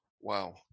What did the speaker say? Wow